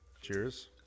Cheers